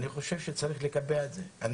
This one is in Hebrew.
אני יושב שצריך לקבע את זה.